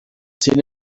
sin